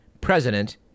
president